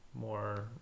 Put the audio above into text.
more